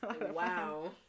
Wow